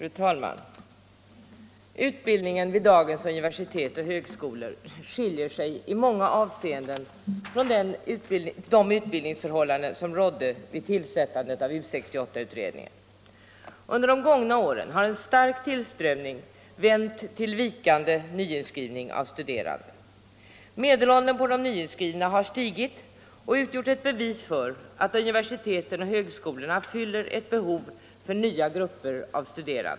Fru talman! Utbildningen vid dagens universitet och högskolor skiljer sig i många avseenden från de utbildningsförhållanden som rådde vid tillsättandet av 1968 års utbildningsutredning. Under de gångna åren har en stark tillströmning vänt till vikande nyinskrivning av studerande. Medelåldern på de nyinskrivna har stigit och utgjort ett bevis för att universiteten och högskolorna fyller ett behov för nya grupper av studerande.